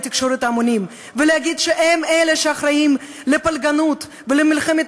תקשורת ההמונים ולהגיד שהם אלה שאחראים לפלגנות ולמלחמת